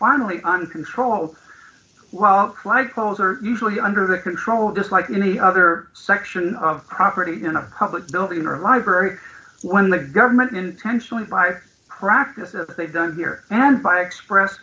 finally uncontrolled well like polls are usually under the control just like any other section of property in a public building or a library when the government intentionally by practices they've done here and by express